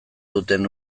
duten